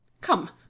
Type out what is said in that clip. Come